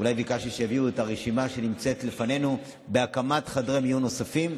ביקשתי שיביאו את הרשימה שנמצאת לפנינו בהקמת חדרי מיון נוספים.